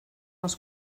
els